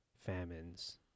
famines